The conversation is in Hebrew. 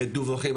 מדווחים,